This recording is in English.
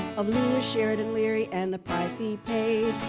of lewis sheridan leary and the price he paid.